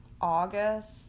August